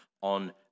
on